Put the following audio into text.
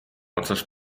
otsast